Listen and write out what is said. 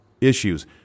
issues